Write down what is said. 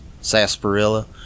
Sarsaparilla